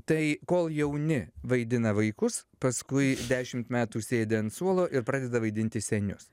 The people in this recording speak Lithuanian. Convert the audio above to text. tai kol jauni vaidina vaikus paskui dešimt metų sėdi ant suolo ir pradeda vaidinti senius